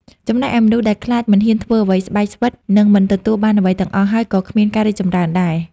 ចំណែកឯមនុស្សដែលខ្លាចមិនហ៊ានធ្វើអ្វី ស្បែកស្វិត នឹងមិនទទួលបានអ្វីទាំងអស់ ហើយក៏គ្មានការរីកចម្រើនដែរ។